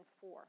four